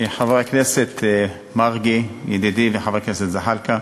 חבר הכנסת מרגי ידידי וחבר הכנסת זחאלקה,